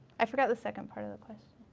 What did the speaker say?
i forgot the second part of the question.